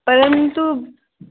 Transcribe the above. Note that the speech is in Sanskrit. परन्तु